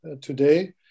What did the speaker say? today